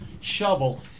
shovel